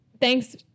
thanks